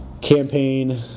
campaign